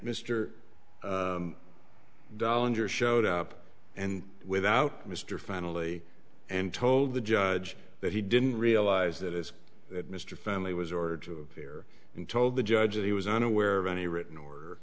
downer showed up and without mr finally and told the judge that he didn't realize that is that mr family was ordered to appear and told the judge that he was unaware of any written or